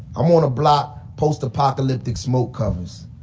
i'm on a block post-apocalyptic smoke covers,